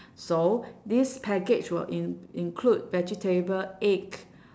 so this package will in~ include vegetable egg